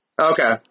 Okay